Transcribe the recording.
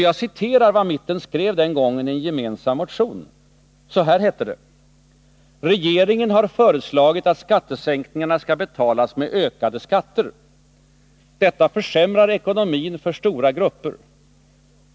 Jag citerar vad mitten den gången skrev i en gemensam motion: ”Regeringen har föreslagit att skattesänkningarna skall betalas med ökade skatter. Detta försämrar ekonomin för stora grupper.